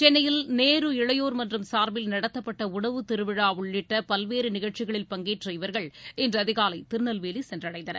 சென்னையில் நேரு இளையோர் மன்றம் சார்பில் நடத்தப்பட்ட உணவுத் திருவிழா உள்ளிட்ட பல்வேறு நிகழ்ச்சிகளில் பங்கேற்ற இவர்கள் இன்று அதிகாலை திருநெல்வேலி சென்றடைந்தனர்